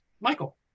Michael